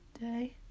day